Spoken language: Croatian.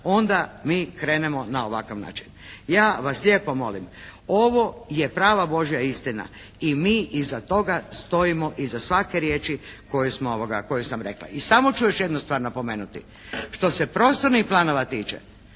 onda mi krenemo na ovakav način. Ja vas lijepo molim, ovo je prava Božja istina i mi iza toga stojimo, iza svake riječi koju sam rekla. I samo ću još jednu stvar napomenuti. Što se prostornih planova tiče